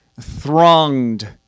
thronged